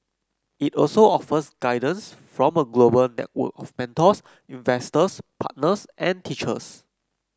it also offers guidance from a global network of mentors investors partners and teachers